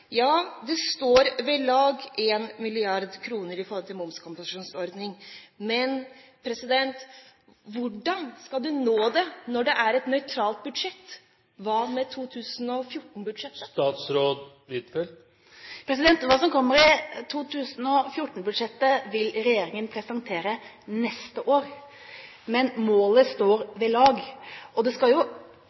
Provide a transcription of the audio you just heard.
Ja, 1 mrd. kr knyttet til momskompensasjonsordningen står ved lag, men hvordan skal hun nå det når det er et nøytralt budsjett? Hva med 2014-budsjettet? Hva som kommer i 2014-budsjettet, vil regjeringen presentere neste år, men målet står ved lag, og det skal jo